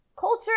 culture